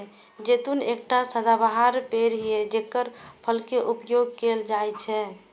जैतून एकटा सदाबहार पेड़ छियै, जेकर फल के उपयोग कैल जाइ छै